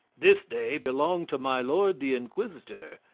this day belonged to my lord the inquisitor.